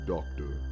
Doctor